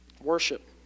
Worship